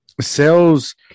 sales